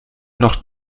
noch